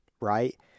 right